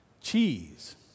Cheese